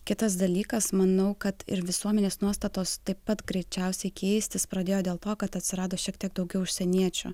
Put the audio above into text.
kitas dalykas manau kad ir visuomenės nuostatos taip pat greičiausiai keistis pradėjo dėl to kad atsirado šiek tiek daugiau užsieniečių